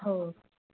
हो